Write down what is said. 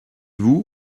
vous